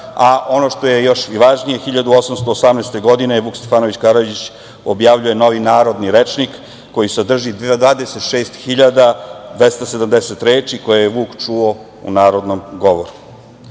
Ono što je još važnije, 1818. godine Vuk Stefanović Karadžić objavljuje "Novi narodni rečnik", koji sadrži 26.270 reči koje je Vuk čuo u narodnom